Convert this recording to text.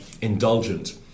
indulgent